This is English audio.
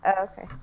okay